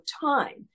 time